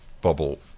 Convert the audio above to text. bubble